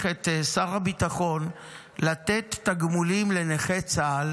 את שר הביטחון לתת תגמולים לנכי צה"ל,